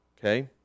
Okay